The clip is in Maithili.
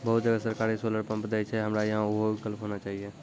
बहुत जगह सरकारे सोलर पम्प देय छैय, हमरा यहाँ उहो विकल्प होना चाहिए?